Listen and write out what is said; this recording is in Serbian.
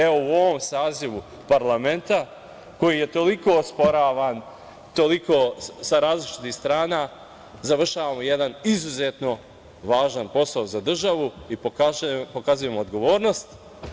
Evo, u ovom sazivu parlamenta koji je toliko osporavan, toliko sa različitih strana završavamo jedan izuzetno važan posao za državu i pokazujemo odgovornost.